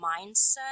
mindset